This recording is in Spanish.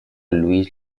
louis